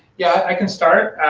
yeah i can start.